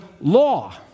law